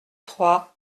trois